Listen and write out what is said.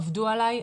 עבדו עליי,